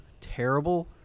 terrible